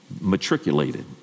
matriculated